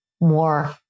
more